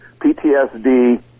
PTSD